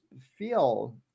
feel